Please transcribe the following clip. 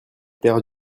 paires